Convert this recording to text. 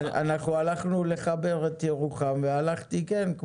אנחנו הלכנו לחבר את ירוחם והלכתי גם כן,